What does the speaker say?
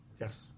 Yes